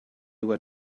were